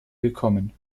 gekommen